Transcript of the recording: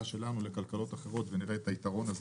שלנו לכלכלות אחרות ונראה את היתרון הזה,